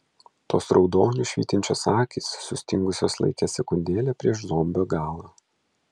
tos raudoniu švytinčios akys sustingusios laike sekundėlę prieš zombio galą